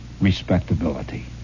respectability